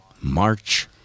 March